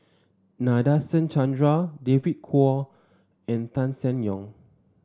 Nadasen Chandra David Kwo and Tan Seng Yong